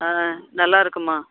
ஆ நல்லாயிருக்கும்மா